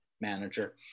manager